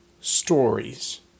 stories